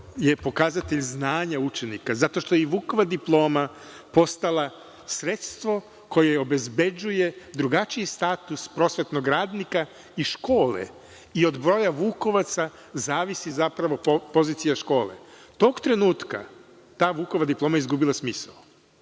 je pokazatelj znanja učenika zato što je i Vukova diploma postala sredstvo koje obezbeđuje drugačiji status prosvetnog radnika i škole i od broja vukovaca zavisi zapravo pozicija škole. Tog trenutka ta Vukova diploma je izgubila smisao.